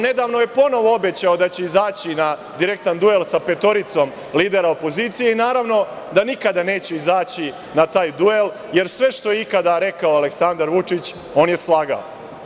Nedavno je ponovo obećao da će izaći na direktan duel sa petoricom lidera opozicije i naravno da nikada neće izaći na taj duel, jer sve što je ikada rekao Aleksandar Vučić on je slagao.